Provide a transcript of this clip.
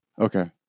Okay